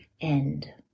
end